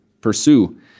pursue